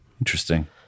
Interesting